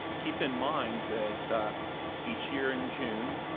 keep in mind that each year in june,